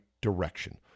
direction